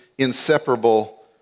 inseparable